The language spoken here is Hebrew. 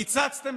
כעסת, כעסת.